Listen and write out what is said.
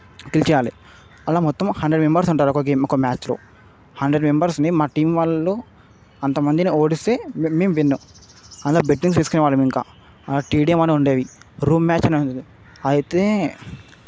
kill చేయాలి అలా మొత్తం హండ్రడ్ మెంబెర్స్ ఉంటారు ఒక గేమ్ ఒక మ్యాచ్లో హండ్రడ్ మెంబర్స్ని మా టీమ్ వాళ్ళు అంతమందిని ఓడిస్తే మే మేము విన్ను అలా బెట్టింగ్స్ వేసుకొనేవాళ్ళం ఇంకా టీ టీం అని ఉండేవి రూం మ్యాచ్ న అయితే